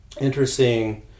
interesting